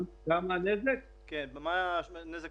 מה הנזק המשוערך?